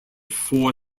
four